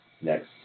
Next